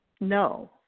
No